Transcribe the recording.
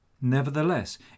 Nevertheless